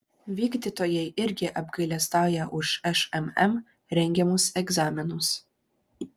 vykdytojai irgi apgailestauja už šmm rengiamus egzaminus